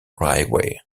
railway